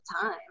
time